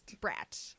Brat